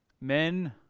Men